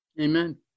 Amen